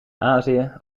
azië